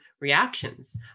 reactions